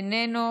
איננו,